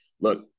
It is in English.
look